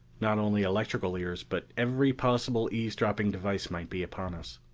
not only electrical ears, but every possible eavesdropping device might be upon us.